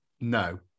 No